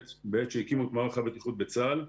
בעת שהקימו את מערך הבטיחות בצה"ל,